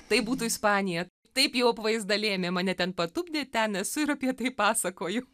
tai būtų ispanijoje taip jau apvaizda lėmė mane ten patupdė ten esu ir apie tai pasakoju